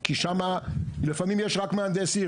כי שם לפעמים יש רק מהנדסים,